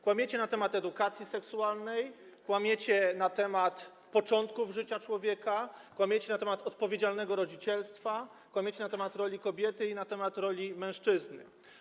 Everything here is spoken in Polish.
Kłamiecie na temat edukacji seksualnej, kłamiecie na temat początków życia człowieka, kłamiecie na temat odpowiedzialnego rodzicielstwa, kłamiecie na temat roli kobiety i na temat roli mężczyzny.